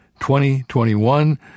2021